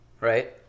right